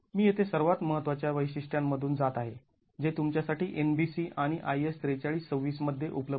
मी येथे सर्वात महत्त्वाच्या वैशिष्ट्यां मधून जात आहे जे तुमच्यासाठी NBC आणि IS ४३२६ मध्ये उपलब्ध आहे